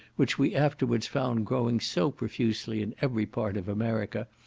which we afterwards found growing so profusely in every part of america,